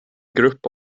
grupp